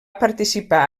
participar